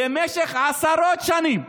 במשך עשרות שנים,